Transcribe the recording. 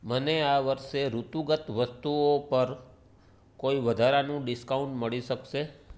મને આ વર્ષે ઋતુગત વસ્તુઓ પર કોઈ વધારાનું ડિસ્કાઉન્ટ મળી શકશે